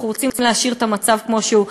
אנחנו רוצים להשאיר את המצב כמו שהוא,